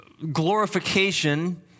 glorification